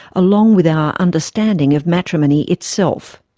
along with our understanding of matrimony itself.